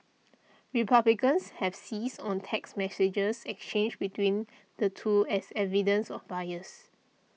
republicans have seized on text messages exchanged between the two as evidence of bias